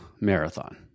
marathon